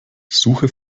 suche